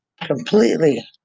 Completely